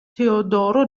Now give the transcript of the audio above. teodoro